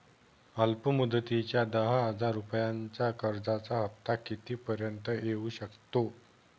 अल्प मुदतीच्या दहा हजार रुपयांच्या कर्जाचा हफ्ता किती पर्यंत येवू शकतो?